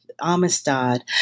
Amistad